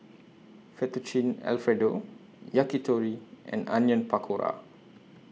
Fettuccine Alfredo Yakitori and Onion Pakora